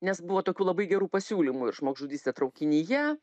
nes buvo tokių labai gerų pasiūlymų ir žmogžudystė traukinyje